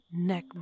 neck